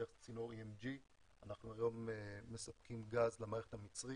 דרך צינור EMG. אנחנו היום מספקים גז למערכת המצרית,